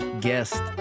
guest